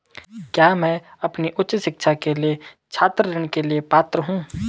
क्या मैं अपनी उच्च शिक्षा के लिए छात्र ऋण के लिए पात्र हूँ?